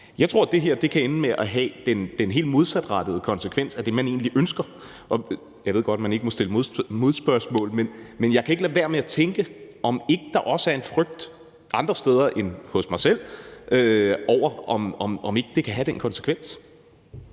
Jeg tror, at det her kan ende med at have den helt modsatrettede konsekvens af det, man egentlig ønsker, og jeg ved godt, at man ikke må stille modspørgsmål, men jeg kan ikke lade være med at tænke på, om der ikke også er en frygt andre steder end hos mig selv, med hensyn til om det ikke kan have den konsekvens.